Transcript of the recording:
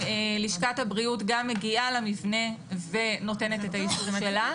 לשכת הבריאות גם מגיעה למבנה ונותנת את האישורים שלה.